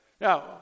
Now